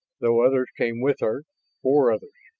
though others came with her four others.